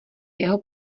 jeho